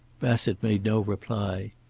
bassett made no reply.